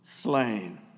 slain